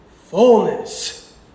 fullness